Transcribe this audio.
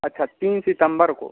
अच्छा तीन सितम्बर को